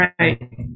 Right